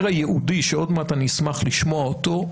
הייעודי שעוד מעט אני אשמח לשמוע אותו,